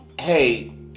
hey